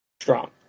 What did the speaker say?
strong